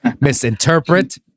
misinterpret